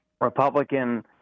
Republican